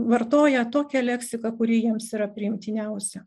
vartoja tokią leksiką kuri jiems yra priimtiniausia